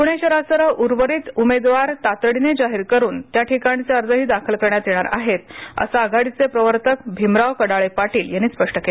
पूणे शहरासह उर्वरीत उमेदवार तातडीनेजाहीर करून त्या ठिकाणचेही अर्ज दाखल करण्यात येणार आहेत अस आघाडीचे प्रवर्तक भिमराव कडाळे पाटील यांनीस्पष्ट केल